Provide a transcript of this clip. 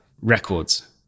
records